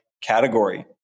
category